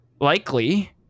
likely